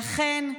לכן,